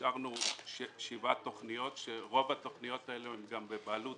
אישרנו שבע תוכניות כאשר רוב התוכניות האלה הן גם בבעלות